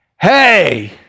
hey